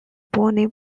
bonny